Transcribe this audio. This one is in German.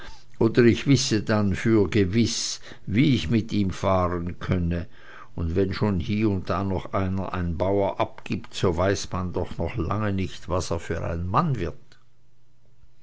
oder ich wisse dann für gewiß wie ich mit ihm fahren könne und wenn schon hie und da noch einer ein bauer abgibt so weiß man doch noch lange nicht was er für ein mann wird